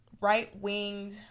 right-winged